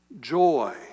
Joy